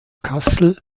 kassel